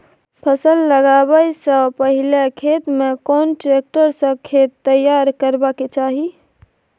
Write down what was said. फसल लगाबै स पहिले खेत में कोन ट्रैक्टर स खेत तैयार करबा के चाही?